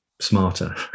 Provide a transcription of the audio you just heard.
smarter